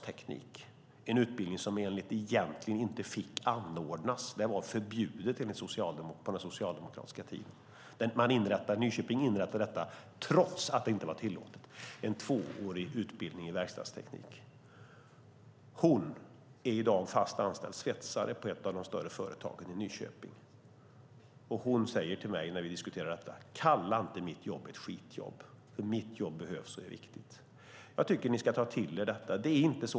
Det var en utbildning som egentligen inte fick anordnas. Det var förbjudet på den socialdemokratiska tiden. Nyköping inrättade en tvåårig utbildning i verkstadsteknik trots att det inte var tillåtet. Hon är i dag fast anställd svetsare på ett av de större företagen i Nyköping. När vi diskuterar detta säger hon till mig: Kalla inte mitt jobb ett skitjobb! Mitt jobb behövs och är viktigt. Jag tycker att ni ska ta till er detta.